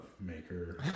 maker